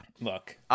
Look